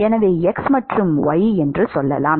எனவே x மற்றும் y என்று சொல்லலாம்